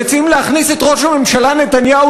הם מציעים להכניס את ראש הממשלה נתניהו